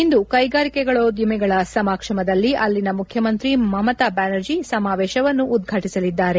ಇಂದು ಕೈಗಾರಿಕೋದ್ಯಮಿಗಳ ಸಮಕ್ಷಮದಲ್ಲಿ ಅಲ್ಲಿನ ಮುಖ್ಯಮಂತ್ರಿ ಮಮತಾ ಬ್ಯಾನರ್ಜಿ ಸಮಾವೇಶವನ್ನು ಉದ್ಘಾಟಸಲಿದ್ದಾರೆ